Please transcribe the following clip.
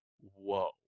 whoa